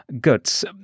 guts